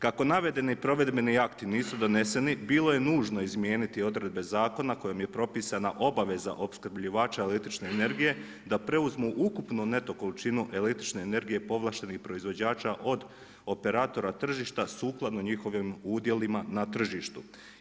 Kako navedeni provedbeni akti nisu doneseni bilo je nužno izmijeniti odredbe zakona kojim je propisana obaveza opskrbljivača električne energije da preuzmu ukupnu neto količinu električne energije povlaštenih proizvođača od operatora tržišta sukladno njihovim udjelima na tržištu.